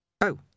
Oh